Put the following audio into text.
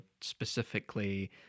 specifically